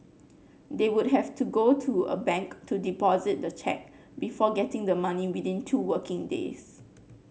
they would have to go to a bank to deposit the cheque before getting the money within two working days